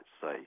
say